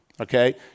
okay